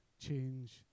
change